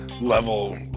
level